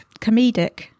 comedic